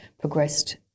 progressed